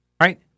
right